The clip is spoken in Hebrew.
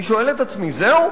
אני שואל את עצמי: זהו?